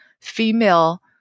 female